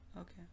Okay